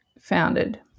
founded